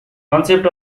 concept